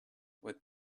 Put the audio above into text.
with